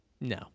No